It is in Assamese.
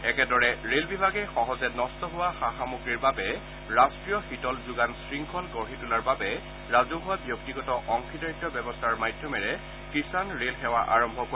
একেদৰে ৰেল বিভাগে সহজে নষ্ট হোৱা সা সামগ্ৰীৰ বাবে ৰাষ্ট্ৰীয় শীতল যোগান শৃংখল গঢ়ি তোলাৰ বাবে ৰাজঘ্ৱা ব্যক্তিগত অংশীদাৰিত্ব ব্যৱস্থাৰ মাধ্যমেৰে কিষাণ ৰেল সেৱা আৰম্ভ কৰিব